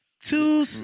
Two